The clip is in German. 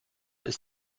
ist